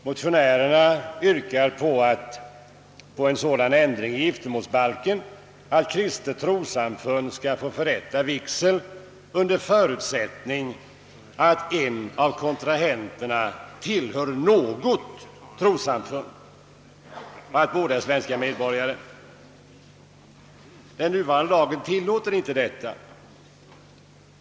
Motionärerna yrkar på en sådan ändring av giftermålsbalken att kristet trossamfund skall få förrätta vigsel under förutsättning att en av de trolovade tillhör något kristet trossamfund och att båda är svenska medborgare. Den nuvarande lagen tillåter inte detta.